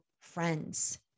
friends